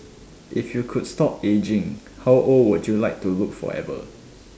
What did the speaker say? if you could stop ageing how old would you like to look forever